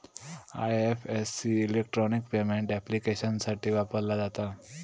IFSC electronic payment ऍप्लिकेशन्ससाठी वापरला जाता